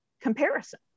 comparison